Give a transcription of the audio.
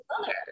mother